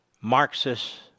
Marxist